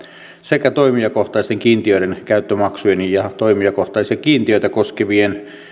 sekä toimijakohtaisten kiintiöiden käyttömaksujen muodossa ja toimijakohtaisia kiintiöitä koskevien